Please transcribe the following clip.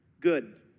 good